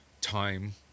time